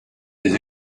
des